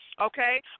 okay